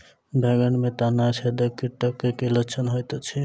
बैंगन मे तना छेदक कीटक की लक्षण होइत अछि?